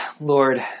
Lord